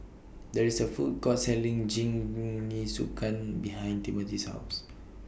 There IS A Food Court Selling Jingisukan behind Timothy's House